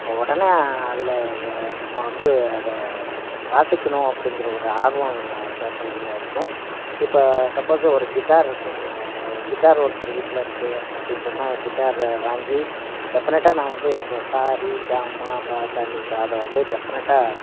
உடனே அதில் வ நம்ம வந்து அதை வாசிக்கணும் அப்படிங்கற ஒரு ஆர்வம் என்கிட்ட எப்பொழுதுமே இருக்கும் இப்போ சப்போஸ்ஸு ஒரு கிட்டார் இருக்குன்னு கிட்டார் ஒருத்தர் வீட்டில் இருக்குது அப்படின்னு சொன்னால் கிட்டாரை வாங்கி டெஃபநெட்டாக நான் வந்து அந்த ச ரி க மா ப த நி சா அதை வந்து டெஃபநெட்டாக